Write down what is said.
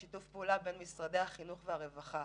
שיתוף פעולה בין משרדי החינוך והרווחה.